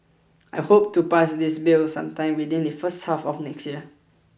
I hope to pass this bill sometime within the first half of next year